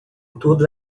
todo